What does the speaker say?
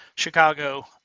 Chicago